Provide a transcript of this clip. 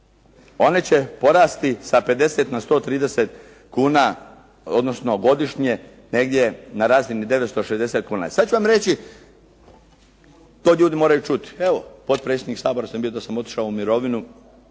one će porasti sa 50 na 130 kuna odnosno godišnje negdje na razini 960 kuna. Sad ću vam reći, to ljudi moraju čuti, evo potpredsjednik Sabora sam bio da sam otišao u mirovinu,